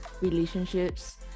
relationships